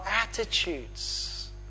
attitudes